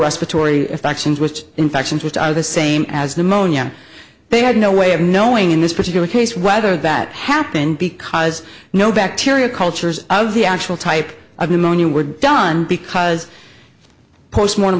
respiratory infections which infections which are the same as the monia they had no way of knowing in this particular case whether that happened because no bacteria cultures of the actual type of pneumonia were done because post mor